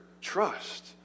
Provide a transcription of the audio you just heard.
trust